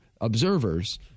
observers